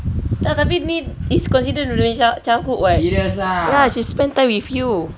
tak tapi ni it's considered childhood [what] ya she spend time with you